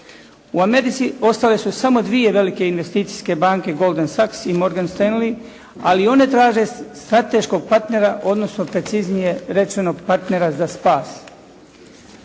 U Americi ostale su samo dvije velike investicijske banke "Golden sax" i "Morgan Stanley", ali i one traže strateškog partnera, odnosno preciznije rečeno partnera za spas.